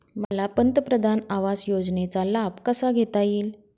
मला पंतप्रधान आवास योजनेचा लाभ कसा घेता येईल?